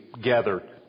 gathered